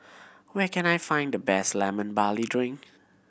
where can I find the best Lemon Barley Drink